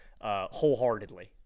wholeheartedly